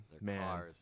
man